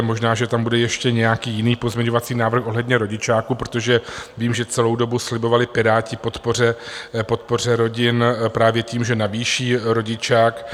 Možná že tam bude ještě nějaký jiný pozměňovací návrh ohledně rodičáku, protože vím, že celou dobu slibovali Piráti podporu rodin právě tím, že navýší rodičák.